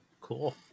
Cool